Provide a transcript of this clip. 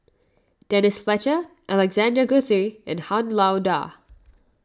Denise Fletcher Alexander Guthrie and Han Lao Da